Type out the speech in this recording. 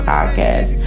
Podcast